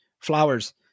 flowers